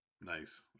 Nice